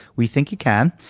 we think you can.